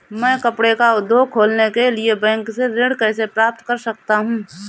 मैं कपड़े का उद्योग खोलने के लिए बैंक से ऋण कैसे प्राप्त कर सकता हूँ?